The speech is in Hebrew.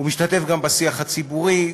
הוא משתתף גם בשיח הציבורי,